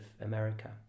America